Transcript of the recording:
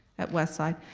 at westside,